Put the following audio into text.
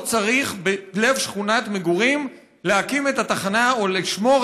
לא צריך בלב שכונת מגורים להקים את התחנה או לשמור